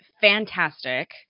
fantastic